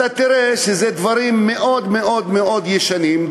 אתה תראה שזה דברים מאוד מאוד מאוד ישנים,